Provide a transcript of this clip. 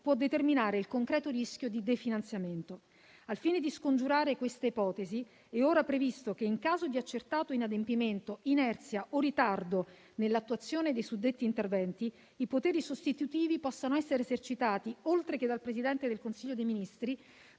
può determinare il concreto rischio di definanziamento. Al fine di scongiurare questa ipotesi è ora previsto che, in caso di accertato inadempimento, inerzia o ritardo nell'attuazione dei suddetti interventi, i poteri sostitutivi possano essere esercitati, oltre che dal Presidente del Consiglio dei ministri,